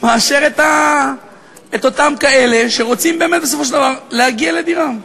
מאשר את אותם אלה שרוצים באמת בסופו של דבר להגיע לדירה.